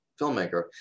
filmmaker